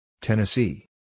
Tennessee